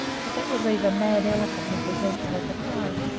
but that would leave a mad elephant in possession of the car,